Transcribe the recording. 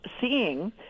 seeing